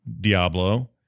Diablo